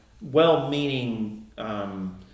well-meaning